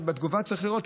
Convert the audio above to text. בתגובה צריך לראות.